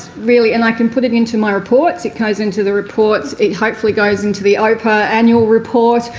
really and i can put it into my reports, it goes into the reports, it hopefully goes into the opa annual report.